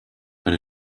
but